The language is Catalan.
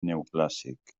neoclàssic